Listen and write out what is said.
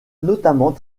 notamment